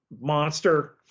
monster